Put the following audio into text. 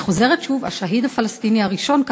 אני חוזרת שוב, השהיד הפלסטיני הראשון.